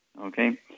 Okay